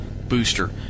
booster